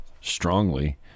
strongly